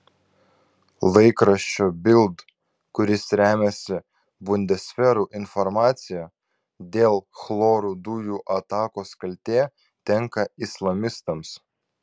laikraščio bild kuris remiasi bundesveru informacija dėl chloro dujų atakos kaltė tenka islamistams